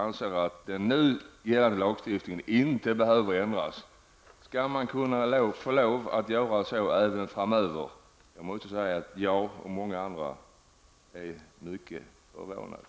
Jag måste säga att jag och många andra är mycket förvånade över att statsrådet anser att den nu gällande lagstiftningen inte behöver ändras.